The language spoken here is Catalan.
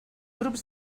grups